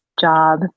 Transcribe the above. job